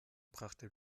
brachte